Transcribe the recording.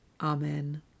Amen